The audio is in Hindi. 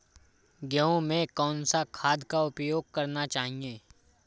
गेहूँ में कौन सा खाद का उपयोग करना चाहिए?